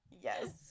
Yes